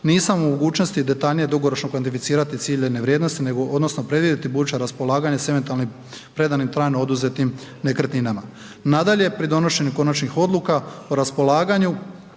nisam u mogućnosti detaljnije dugoročno kvantificirati ciljane vrijednosti nego odnosno predvidjeti buduće raspolaganje s eventualnim predanim trajno oduzetim nekretninama. Nadalje, pri donošenju konačnih odluka o raspolaganju,